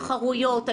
תחרויות,